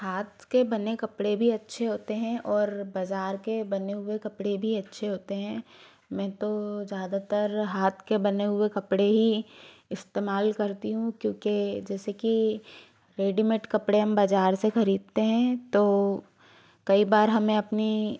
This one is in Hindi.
हाथ के बने कपड़े भी अच्छे होते हैं और बाजार के बने हुए कपड़े भी अच्छे होते हैं मैं तो ज़्यादातर हाथ के बने हुए कपड़े ही इस्तेमाल करती हूँ क्योंकि जैसे की रेडीमेड कपड़े हम बाजार से खरीदते हैं तो कई बार हमें अपनी